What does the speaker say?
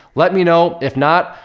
let me know. if not,